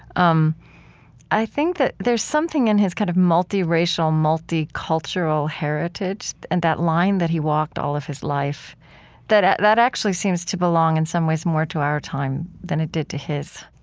um i think that there's something in his kind of multiracial, multicultural heritage and that line that he walked all of his life that that actually seems to belong, in some ways, more to our time than it did to his.